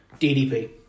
DDP